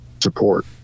support